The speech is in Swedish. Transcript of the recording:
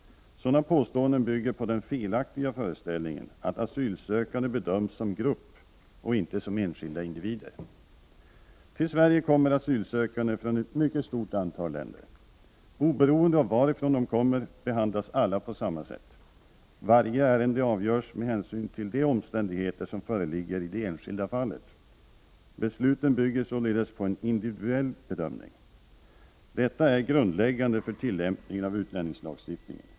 Sådana påståenden bygger på den felaktiga föreställningen att asylsökande bedöms som grupp och inte som enskilda individer. Till Sverige kommer asylsökande från ett mycket stort antal länder. Oberoende av varifrån de kommer behandlas alla på samma sätt. Varje ärende avgörs med hänsyn till de omständigheter som föreligger i det enskilda fallet. Besluten bygger således på en individuell bedömning. Detta är grundläggande för tillämpningen av utlänningslagstiftningen.